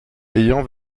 ayant